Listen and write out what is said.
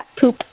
poop